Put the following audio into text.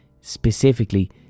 Specifically